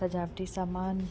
सजावटी सामान